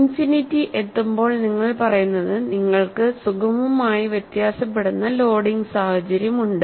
infinity എത്തുമ്പോൾ നിങ്ങൾ പറയുന്നത് നിങ്ങൾക്ക് സുഗമമായി വ്യത്യാസപ്പെടുന്ന ലോഡിംഗ് സാഹചര്യമുണ്ട്